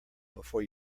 before